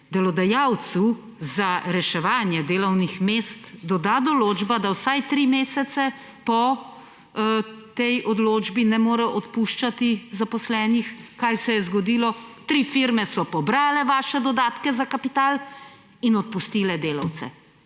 delodajalcu za reševanje delovnih mest doda določba, da vsaj tri mesece po tej odločbi ne more odpuščati zaposlenih. Kaj se je zgodilo? Tri firme so pobrale vaše dodatke za kapital in odpustile delavce.